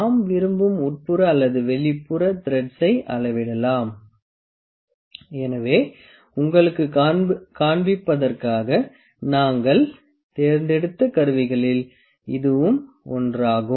நாம் விரும்பும் உட்புற அல்லது வெளிப்புற த்ரெட்சை அளவிடலாம் எனவே உங்களுக்குக் காண்பிப்பதற்காக நாங்கள் தேர்ந்தெடுத்த கருவிகளில் இதுவும் ஒன்றாகும்